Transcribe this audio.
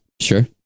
sure